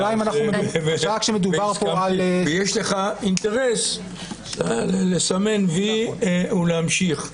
ויש לך אינטרס לסמן וי ולהמשיך.